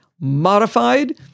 modified